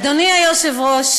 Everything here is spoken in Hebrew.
אדוני היושב-ראש